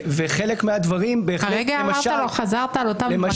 כרגע אמרת לו, חזרת על אותם דברים.